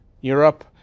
Europe